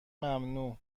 ممنوع